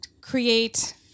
create